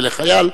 לחייל.